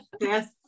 Yes